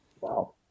wow